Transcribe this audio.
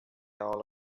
all